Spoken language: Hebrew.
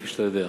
כפי שאתה יודע.